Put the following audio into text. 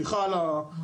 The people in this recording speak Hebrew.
סליחה על הקונוטציה,